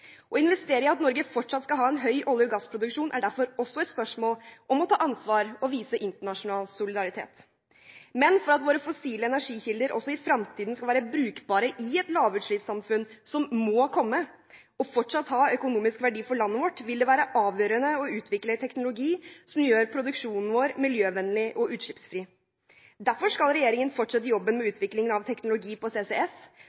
Å investere i at Norge fortsatt skal ha en høy olje- og gassproduksjon er derfor også et spørsmål om å ta ansvar og vise internasjonal solidaritet. Men for at våre fossile energikilder også i fremtiden skal være brukbare i et lavutslippssamfunn – som må komme – og fortsatt ha økonomisk verdi for landet vårt, vil det være avgjørende å utvikle teknologi som gjør produksjonen vår miljøvennlig og utslippsfri. Derfor skal regjeringen fortsette jobben med